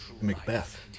Macbeth